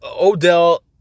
Odell